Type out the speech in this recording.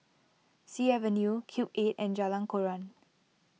Sea Avenue Cube eight and Jalan Koran